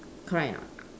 correct or not